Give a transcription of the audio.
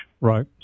right